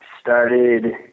started